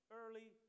early